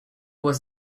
was